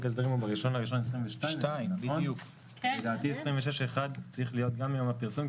ההסדרים הוא ב-1 בינואר 2022. לדעתי 26(1) צריך להיות גם מיום הפרסום,